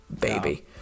baby